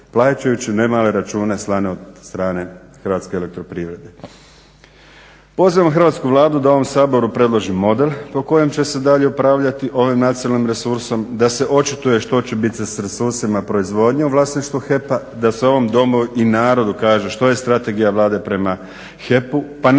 plaćajući ne male račune slane od strane Hrvatske elektroprivrede. Pozivam hrvatsku Vladu da ovom Saboru predloži model po kojem će se dalje upravljati ovim nacionalnim resursom, da se očituje što će biti s resursima proizvodnje u vlasništvu HEP-a, da se ovom Domu i narodu kaže što je strategija Vlade prema HEP-u. Pa neka